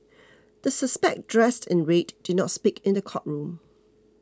the suspect dressed in red did not speak in the courtroom